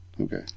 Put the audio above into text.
Okay